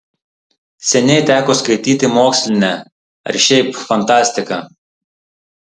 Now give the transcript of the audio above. seniai teko skaityti mokslinę ar šiaip fantastiką